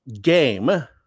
game